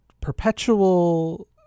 perpetual